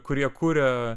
kurie kuria